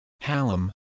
Hallam